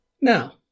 Now